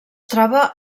troba